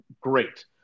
great